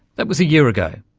that was a year ago.